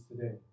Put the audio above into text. today